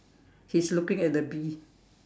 he's looking at the bee